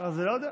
טעות.